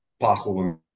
possible